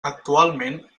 actualment